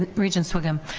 regent sviggum,